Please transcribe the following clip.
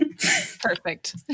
Perfect